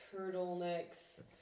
turtlenecks